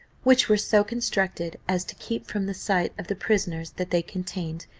which were so constructed as to keep from the sight of the prisoners that they contained,